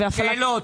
שאלות.